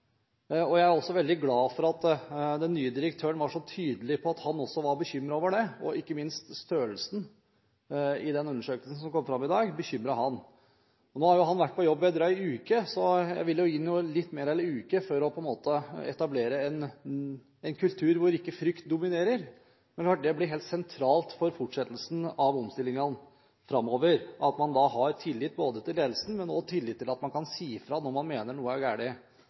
det. Jeg er også veldig glad for at den nye direktøren var så tydelig på at han også var bekymret over det – ikke minst omfanget som kom fram i den undersøkelsen i dag, bekymret ham. Nå har han vært på jobb i en drøy uke, så jeg ville gi ham litt mer enn en uke før han etablerer en kultur hvor ikke frykt dominerer. Det er klart at det blir helt sentralt for fortsettelsen av omstillingene at man har tillit både til ledelsen og til at man kan si fra når man mener at noe er